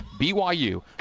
BYU